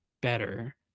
better